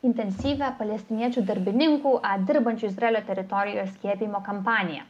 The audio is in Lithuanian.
intensyvią palestiniečių darbininkų dirbančių izraelio teritorijoje skiepijimo kampaniją